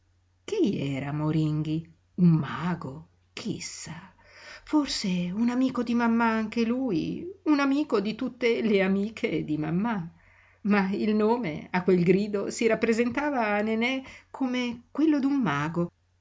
chi era moringhi un mago chi sa forse un amico di mammà anche lui un amico di tutte le amiche di mammà ma il nome a quel grido si rappresentava a nenè come quello d'un mago